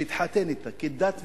שהתחתן אתה כדת וכדין,